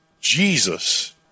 Jesus